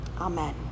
Amen